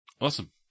Awesome